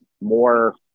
more